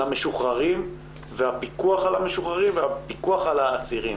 המשוחררים והפיקוח על המשוחררים והפיקוח על העצירים.